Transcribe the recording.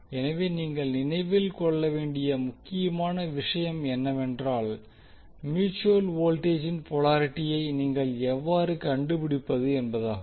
எனவே நீங்கள் நினைவில் கொள்ள வேண்டிய முக்கியமான விஷயம் என்னவென்றால் மியூட்சுவல் வோல்டேஜின் போலாரிட்டியை நீங்கள் எவ்வாறு கண்டுபிடிப்பது என்பதாகும்